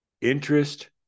interest